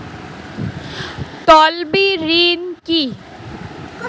তলবি ঋন কি?